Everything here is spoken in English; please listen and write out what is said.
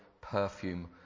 perfume